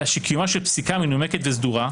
אלא שקיומה של פסיקה מנומקת וסדורה,